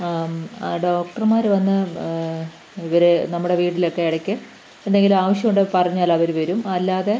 ഡോക്ടർമാർ വന്ന് ഇവരെ നമ്മുടെ വീട്ടിലൊക്കെ ഇടയ്ക്ക് എന്തെങ്കിലും ആവശ്യമുണ്ടെങ്കിൽ പറഞ്ഞാലവർ വരും അല്ലാതെ